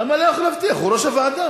למה לא יכול להבטיח, הוא יושב-ראש הוועדה.